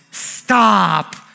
Stop